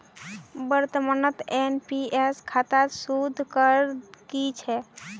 वर्तमानत एन.पी.एस खातात सूद दर की छेक